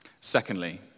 Secondly